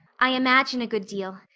i imagine a good deal,